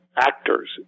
actors